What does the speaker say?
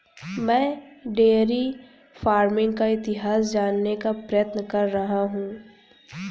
मैं dairy farming का इतिहास जानने का प्रयत्न कर रहा हूं